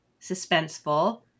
suspenseful